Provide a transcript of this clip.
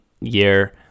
year